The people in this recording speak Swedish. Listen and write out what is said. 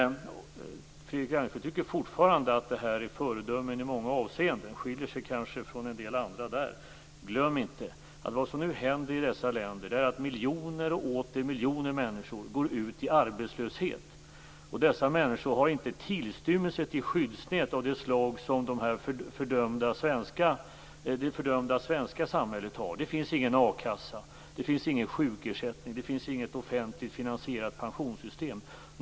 Fredrik Reinfeldt tycker fortfarande att dessa länder är föredömen i många avseenden. Han skiljer sig kanske från en del andra där. Glöm inte att vad som nu händer i dessa länder är att miljoner och åter miljoner människor går ut i arbetslöshet. Dessa människor har inte tillstymmelse till skyddsnät av det slag som det fördömda svenska samhället har. Det finns ingen a-kassa, ingen sjukersättning och inget offentligt finansierat pensionssystem.